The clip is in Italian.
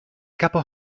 capo